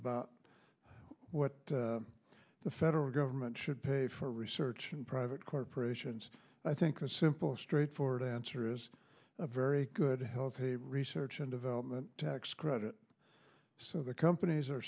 about what the federal government should pay for research and private corporations i think a simple straightforward answer is a very good healthy research and development tax credit so the companies are